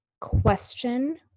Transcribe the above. question